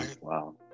Wow